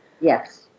Yes